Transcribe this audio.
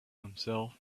himself